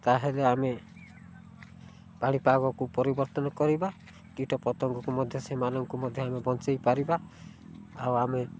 ତା'ହେଲେ ଆମେ ପାଣିପାଗକୁ ପରିବର୍ତ୍ତନ କରିବା କୀଟପତଙ୍ଗକୁ ମଧ୍ୟ ସେମାନଙ୍କୁ ମଧ୍ୟ ଆମେ ବଞ୍ଚାଇପାରିବା ଆଉ ଆମେ